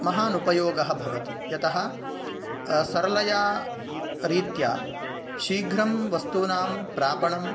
महान् उपयोगः भवति यतः सरलया रीत्या शीघ्रं वस्तूनां प्रापणं